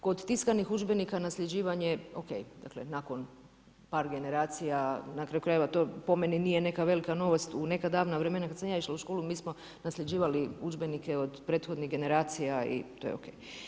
Kod tiskanih udžbenika nasljeđivanje ok, dakle nakon par generacija na kraju krajeva to po meni nije neka velika novost, u neka davna vremena kad sam ja išla u školu mi smo nasljeđivali udžbenike od prethodnih generacija i to je ok.